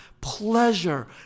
pleasure